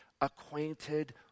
acquainted